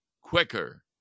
quicker